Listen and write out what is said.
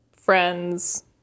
Friends